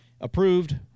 Approved